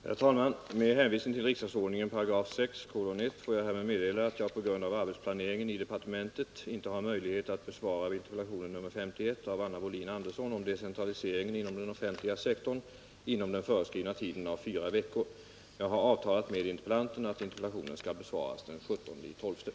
Herr talman! Med hänvisning till riksdagsordningens 6 kap. 1 § får jag härmed meddela att jag på grund av arbetsplaneringen i departementet inte har möjlighet att besvara interpellationen nr 51 av Anna Wohlin-Andersson om decentraliseringen inom den offentliga sektorn inom den föreskrivna tiden av fyra veckor. Jag har avtalat med interpellanten att interpellationen skall besvaras den 17 december.